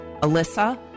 Alyssa